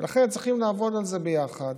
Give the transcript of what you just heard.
ולכן צריכים לעבוד על זה ביחד,